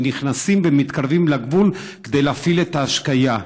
נכנסים ומתקרבים לגבול כדי להפעיל את ההשקיה.